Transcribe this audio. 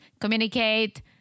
communicate